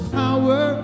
power